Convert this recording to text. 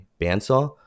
bandsaw